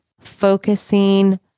focusing